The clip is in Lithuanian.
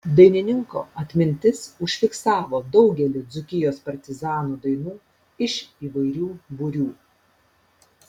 dainininko atmintis užfiksavo daugelį dzūkijos partizanų dainų iš įvairių būrių